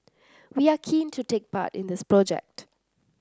we are keen to take part in this project